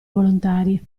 volontari